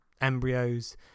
embryos